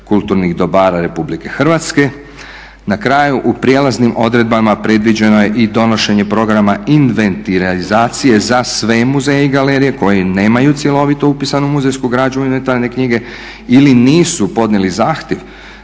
kulturnih dobara RH. Na kraju u prijelaznim odredbama predviđeno je i donošenje programa inventiralizacije za sve muzeje i galerije koji nemaju cjelovito upisanu muzejsku građu u inventarne knjige ili nisu prenijeli zahtjev